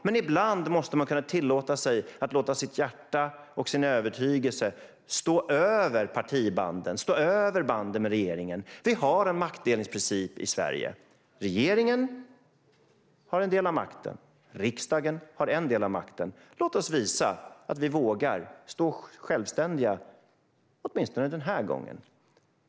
Men ibland måste man kunna tillåta sig att låta sitt hjärta och sin övertygelse stå över partibanden och banden med regeringen. Vi har en maktdelningsprincip i Sverige. Regeringen har en del av makten, och riksdagen har en del av makten. Låt oss visa att vi vågar stå självständiga åtminstone den här gången!